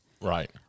Right